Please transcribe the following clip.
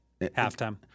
Halftime